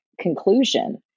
conclusion